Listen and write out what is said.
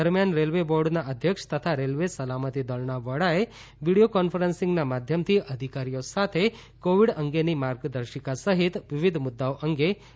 દરમ્યાન રેલ્વે બોર્ડનાં અધ્યક્ષ તથા રેલ્વે સલામતી દળનાં વડાએ વિડીયો કોન્ફરન્સીંગ માધ્યમથી અધિકારીઓ સાથે કોવિડ અંગેની માર્ગદર્શિકા સહિત વિવિધ મુદ્દાઓ અંગે વાતયીત કરી હતી